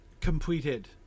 completed